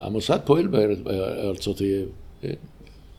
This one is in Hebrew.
‫המוסד פועל בארצות...